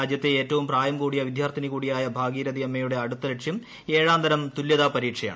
രാജ്യത്തെ ഏറ്റവും പ്രായം കൂടിയ വിദ്യാർത്ഥിനി കൂടിയായ ഭാഗീരഥിയമ്മയുടെ അടുത്ത ലക്ഷ്യം ഏഴാം തരം തുല്യതാ പരീക്ഷയാണ്